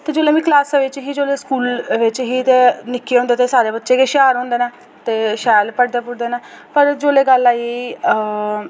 ते जोल्लै में क्लॉसा बिच ही स्कूल च ही ते निक्के होंदे ते सारे बच्चे गै होशियार होंदे न ते शैल पढ़दे पुढ़दे न पर जोल्लै गल्ल आई